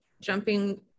jumping